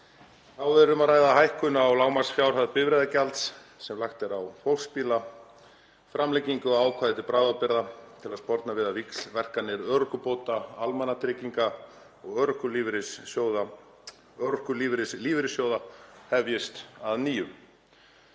Þá er um að ræða hækkun á lágmarksfjárhæð bifreiðagjalds sem lagt er á fólksbíla, framlengingu á ákvæði til bráðabirgða til að sporna við því að víxlverkanir örorkubóta almannatrygginga og örorkulífeyris lífeyrissjóða hefjist að nýju,